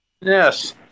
Yes